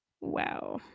Wow